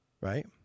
Right